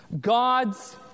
God's